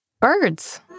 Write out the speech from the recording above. Birds